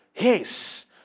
Yes